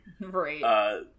Right